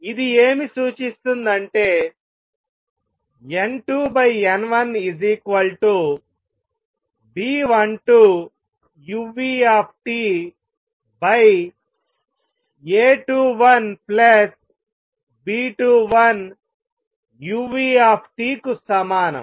ఇది ఏమి సూచిస్తుంది అంటే N2 N1 B12uTA21B21uT కు సమానం